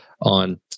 on